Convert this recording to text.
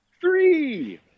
three